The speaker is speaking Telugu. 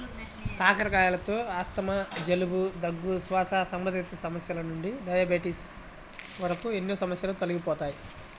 కాకరకాయలతో ఆస్తమా, జలుబు, దగ్గు, శ్వాస సంబంధిత సమస్యల నుండి డయాబెటిస్ వరకు ఎన్నో సమస్యలు తొలగిపోతాయి